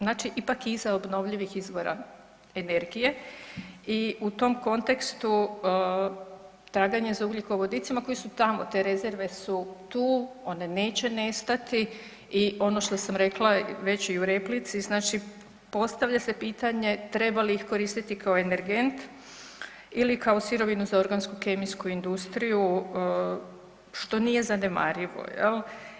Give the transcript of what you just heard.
Znači ipak iza obnovljivih izvora energije i u tom kontekstu traganje za ugljikovodicima koji su tamo te rezerve su tu, one neće nestati i ono što sam rekla već i u replici znači postavlja se pitanje treba li ih koristiti kao energent ili kao sirovinu za organsko-kemijsku industriju što nije zanemarivo, jel.